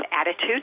attitude